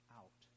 out